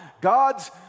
God's